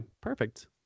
perfect